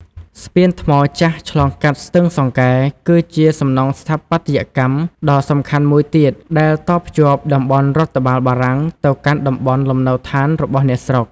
ស្ពានថ្មចាស់ឆ្លងកាត់ស្ទឹងសង្កែ គឺជាសំណង់ស្ថាបត្យកម្មដ៏សំខាន់មួយទៀត ដែលតភ្ជាប់តំបន់រដ្ឋបាលបារាំងទៅកាន់តំបន់លំនៅដ្ឋានរបស់អ្នកស្រុក។